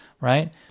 Right